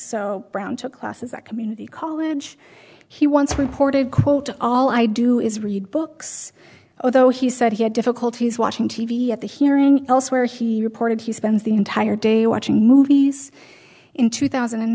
as brown took classes at community college he once reported quote all i do is read books although he said he had difficulties watching t v at the hearing elsewhere he reported he spent the entire day watching movies in two thousand and